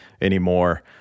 anymore